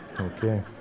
okay